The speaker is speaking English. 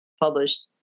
published